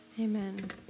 Amen